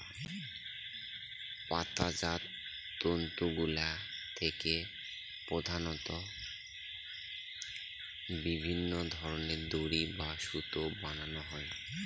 পাতাজাত তন্তুগুলা থেকে প্রধানত বিভিন্ন ধরনের দড়ি বা সুতা বানানো হয়